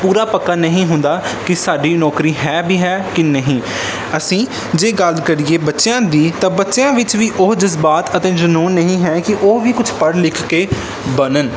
ਪੂਰਾ ਪੱਕਾ ਨਹੀਂ ਹੁੰਦਾ ਕਿ ਸਾਡੀ ਨੌਕਰੀ ਹੈ ਵੀ ਹੈ ਕਿ ਨਹੀਂ ਅਸੀਂ ਜੇ ਗੱਲ ਕਰੀਏ ਬੱਚਿਆਂ ਦੀ ਤਾਂ ਬੱਚਿਆਂ ਵਿੱਚ ਵੀ ਉਹ ਜਜ਼ਬਾਤ ਅਤੇ ਜਨੂਨ ਨਹੀਂ ਹੈ ਕਿ ਉਹ ਵੀ ਕੁਛ ਪੜ੍ਹ ਲਿਖ ਕੇ ਬਣਨ